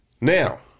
Now